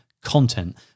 content